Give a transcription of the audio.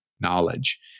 knowledge